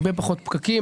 הרבה פחות פקקים,